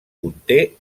conté